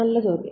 നല്ല ചോദ്യം